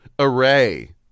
Array